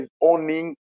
owning